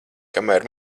kamēr